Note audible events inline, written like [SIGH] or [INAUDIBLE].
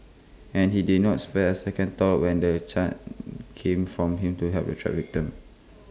and he did not spare A second thought when the chance [NOISE] came from him to help the trapped victims